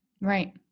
Right